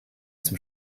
zum